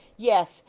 yes!